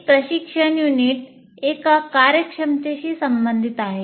एक प्रशिक्षण युनिट एका कार्यक्षमतेशी संबंधित आहे